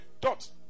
dot